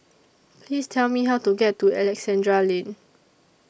Please Tell Me How to get to Alexandra Lane